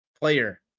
player